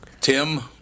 Tim